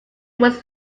was